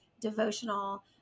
devotional